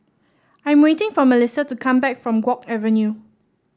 I am waiting for Melissa to come back from Guok Avenue